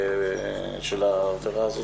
של העבירה הזו,